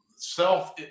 self